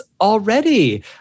already